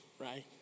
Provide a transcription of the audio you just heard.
right